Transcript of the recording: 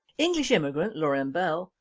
english immigrant lauren bell,